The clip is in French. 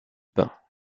pins